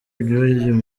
b’uyu